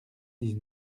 dix